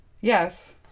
Yes